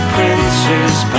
Prince's